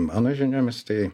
mano žiniomis tai